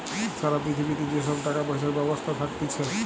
সারা পৃথিবীতে যে সব টাকা পয়সার ব্যবস্থা থাকতিছে